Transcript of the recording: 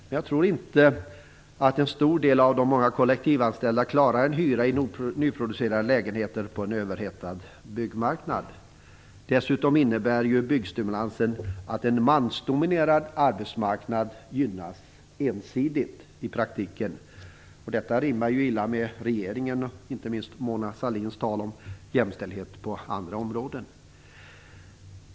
Men jag tror att en stor del av de kollektivanställda inte klarar en hyra i en nyproducerad lägenhet på en överhettad byggmarknad. Dessutom innebär byggstimulansen i praktiken att en mansdominerad arbetsmarknad gynnas ensidigt. Detta rimmar illa med regeringens och inte minst med Mona Sahlins tal om jämställdhet på andra områden.